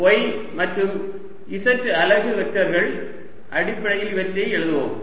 x y மற்றும் z அலகு வெக்டர்கள் அடிப்படையில் அவற்றை எழுதுவோம்